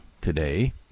today